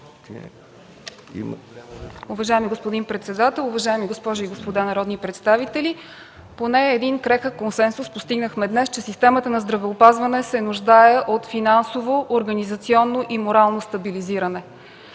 Уважаеми господин председател, уважаеми госпожи и господа народни представители! Поне един крехък консенсус постигнахме днес – че системата на здравеопазване се нуждае от финансово, организационно и морално стабилизиране.